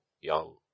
young